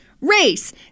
Race